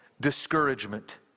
discouragement